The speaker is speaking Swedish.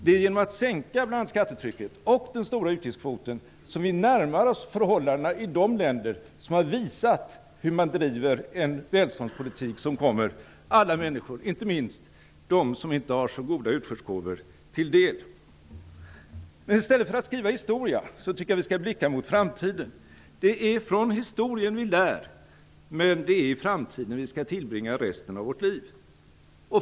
Det är genom att sänka bl.a. utgiftstrycket och den stora utgiftskvoten som vi närmar oss förhållandena i de länder som har visat hur man driver en välståndspolitik som kommer alla människor, inte minst de som inte har så goda utförsgåvor, till del. I stället för att skriva historia tycker jag att vi skall blicka mot framtiden. Det är av historien vi lär, men det är i framtiden som vi skall tillbringa resten av vårt liv.